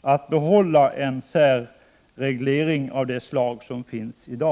att behålla en särreglering av det slag som finns i dag.